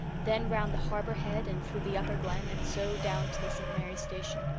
then round the harbour head and through the upper glen and so down to the st. mary station.